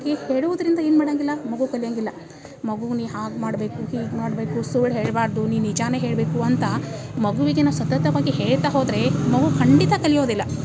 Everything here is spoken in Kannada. ಕಿ ಹೇಳುವುದರಿಂದ ಏನು ಮಾಡಂಗಿಲ್ಲ ಮಗು ಕಲಿಯಂಗಿಲ್ಲ ಮಗು ನೀ ಹಾಗೆ ಮಾಡಬೇಕು ಹೀಗೆ ಮಾಡಬೇಕು ಸುಳ್ಳು ಹೇಳಬಾರ್ದು ನೀ ನಿಜನೇ ಹೇಳಬೇಕು ಅಂತ ಮಗುವಿಗೆ ನಾವು ಸತತವಾಗಿ ಹೇಳ್ತ ಹೋದರೆ ಮಗು ಖಂಡಿತ ಕಲಿಯೋದಿಲ್ಲ